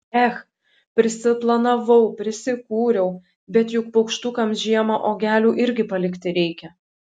ech prisiplanavau prisikūriau bet juk paukštukams žiemą uogelių irgi palikti reikia